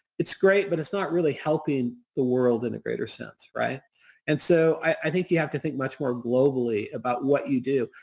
it's great, but it's not really helping the world in a greater sense. and so, i think you have to think much more globally about what you do,